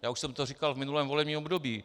Já už jsem to říkal v minulém volebním období.